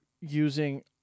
using